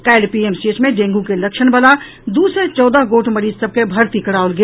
काल्हि पीएमसीएच मे डेंगू के लक्षण बला दू सय चौदह गोट मरीज सभ के भर्ती कराओल गेल